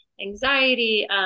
anxiety